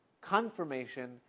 confirmation